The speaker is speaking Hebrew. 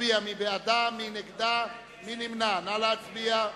נא להצביע.